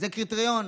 זה קריטריון.